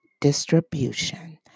distribution